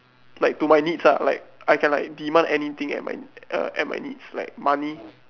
like to my needs ah like I can like demand anything at my err at my needs at my needs like money